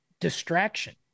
distraction